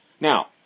Now